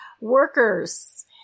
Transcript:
workers